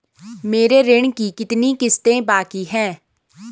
मेरे ऋण की कितनी किश्तें बाकी हैं?